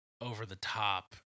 over-the-top